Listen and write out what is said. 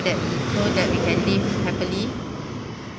that people that we can live happily